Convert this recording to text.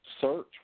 search